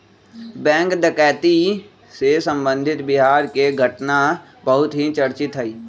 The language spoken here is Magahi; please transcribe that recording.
बैंक डकैती से संबंधित बिहार के घटना बहुत ही चर्चित हई